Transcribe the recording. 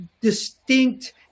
Distinct